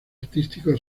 artístico